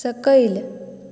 सकयल